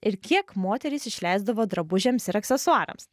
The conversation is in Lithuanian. ir kiek moterys išleisdavo drabužiams ir aksesuarams